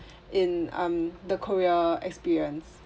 in um the korea experience